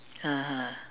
(uh huh)